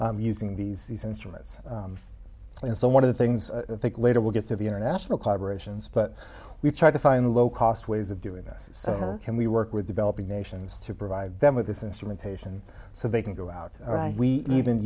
using these instruments and so one of the things i think later we'll get to the international collaboration is but we've tried to find low cost ways of doing this so can we work with developing nations to provide them with this instrumentation so they can go out we even